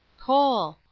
coal.